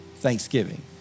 Thanksgiving